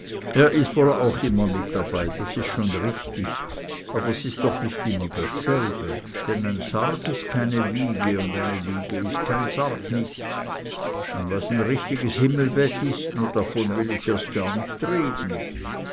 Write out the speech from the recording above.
er is woll auch immer mit dabei das is schon richtig aber's is doch nich immer dasselbe denn ein sarg is keine wiege nich und eine wiege is kein sarg nich un was en richtiges himmelbett is nu davon will ich jar nich erst reden